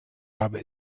habe